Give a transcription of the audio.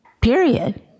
period